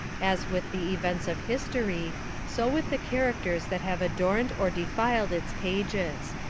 as with the events of history so with the characters that have adorned or defiled its pages.